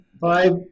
five